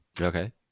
okay